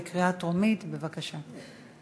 בקריאה טרומית, בבקשה.